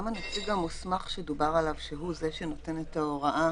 גם הנציג המוסמך שדובר עליו שהוא זה שנותן את ההוראה